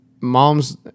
mom's